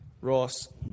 Ross